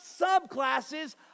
subclasses